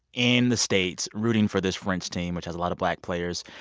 in the states, rooting for this french team, which has a lot of black players.